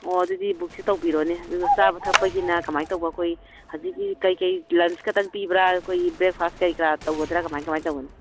ꯑꯣ ꯑꯗꯨꯗꯤ ꯕꯨꯛꯁꯤ ꯇꯧꯕꯤꯔꯣꯅꯦ ꯑꯗꯨꯒ ꯆꯥꯕ ꯊꯛꯄꯒꯤꯅ ꯀꯃꯥꯏ ꯇꯧꯕ ꯑꯩꯈꯣꯏ ꯍꯧꯖꯤꯛꯀꯤ ꯀꯩꯀꯩ ꯂꯟꯁ ꯈꯛꯇꯪ ꯄꯤꯕ꯭ꯔꯥ ꯑꯩꯈꯣꯏꯒꯤ ꯕ꯭ꯔꯦꯛꯐꯥꯁ ꯀꯩꯀ꯭ꯔꯥ ꯇꯧꯒꯗ꯭ꯔꯥ ꯀꯃꯥꯏ ꯀꯃꯥꯏꯅ ꯇꯧꯒꯅꯤ